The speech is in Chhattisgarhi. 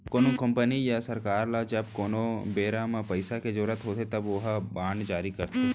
कोनो कंपनी या सरकार ल जब कोनो बेरा म पइसा के जरुरत होथे तब ओहा बांड जारी करथे